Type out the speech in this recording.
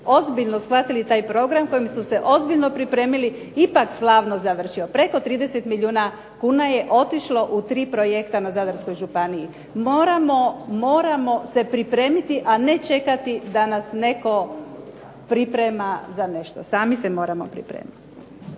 ozbiljno shvatili taj program, koje su se ozbiljno pripremili ipak slavno završio, preko 30 milijuna kuna je otišlo u tri projekta na Zadarskoj županiji. Moramo se pripremiti, a ne čekati da nas netko priprema za nešto. Sami se moramo pripremiti.